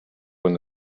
when